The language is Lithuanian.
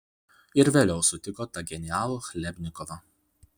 ir vėliau sutiko tą genialų chlebnikovą